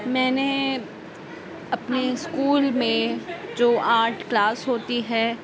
میں نے اپنے اسکول میں جو آرٹ کلاس ہوتی ہے